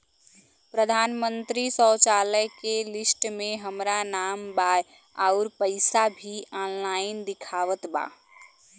प्रधानमंत्री शौचालय के लिस्ट में हमार नाम बा अउर पैसा भी ऑनलाइन दिखावत बा